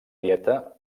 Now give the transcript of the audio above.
dieta